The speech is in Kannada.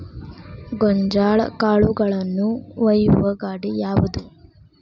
ಗೋಂಜಾಳ ಕಾಳುಗಳನ್ನು ಒಯ್ಯುವ ಗಾಡಿ ಯಾವದು?